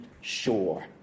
sure